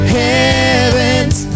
heaven's